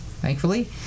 thankfully